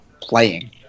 playing